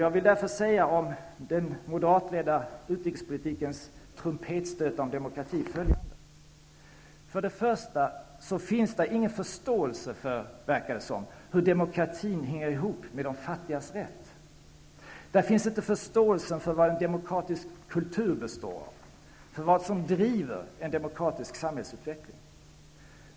Jag vill därför om den moderatledda utrikespolitikens trumpetstötar om demokrati säga följande: För det första verkar det som om där inte finns någon förståelse för hur demokratin hänger ihop med de fattigas rätt. Där finns inte förståelsen för vad en demokratisk kultur består av, för vad som driver en demokratisk samhällsutveckling.